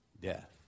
death